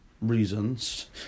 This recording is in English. reasons